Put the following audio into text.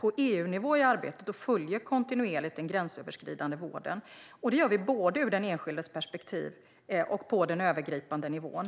på EU-nivå i arbetet och följer kontinuerligt den gränsöverskridande vården. Det gör vi både ur den enskildes perspektiv och på övergripande nivå.